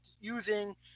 using